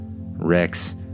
Rex